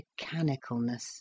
mechanicalness